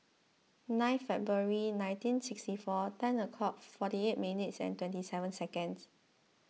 nine February nineteen sixty four ten forty eight minutes and twenty seven seconds